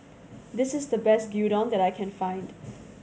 this is the best Gyudon that I can find